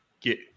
get